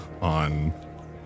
on